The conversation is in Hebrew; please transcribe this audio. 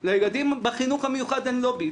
לילדים בחינוך המיוחד אין לובי.